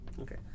Okay